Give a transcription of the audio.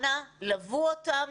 אנא לוו אותם